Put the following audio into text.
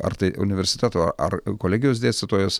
ar tai universiteto ar kolegijos dėstytojas